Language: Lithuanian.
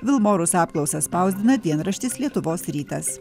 vilmorus apklausą spausdina dienraštis lietuvos rytas